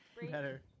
better